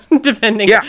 depending